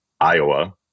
Iowa